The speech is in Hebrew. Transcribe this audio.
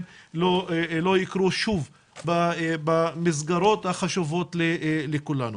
לא יקרו שוב במסגרות החשובות לכולנו.